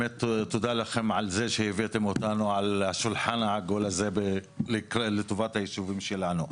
תודה לכם על זה שהבאתם אותנו על השולחן העגול הזה לטובת הישובים שלנו.